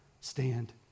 stand